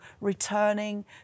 returning